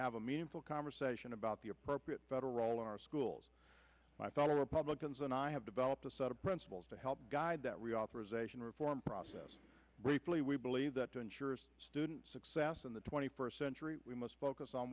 have a meaningful conversation about the appropriate federal role in our schools my fellow republicans and i have developed a set of principles to help guide that reauthorization reform process briefly we believe that ensures student success in the twenty first century we must focus on